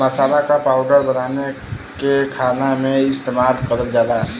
मसाला क पाउडर बनाके खाना में इस्तेमाल करल जाला